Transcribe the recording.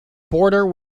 border